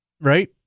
right